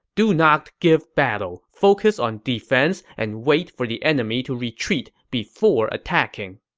do not give battle. focus on defense and wait for the enemy to retreat before attacking.